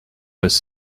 was